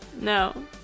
No